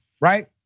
right